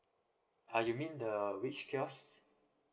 uh you mean the which kiosk